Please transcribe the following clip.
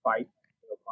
Fight